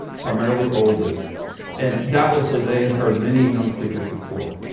primarily older and doubtlessly they had heard many young preachers before,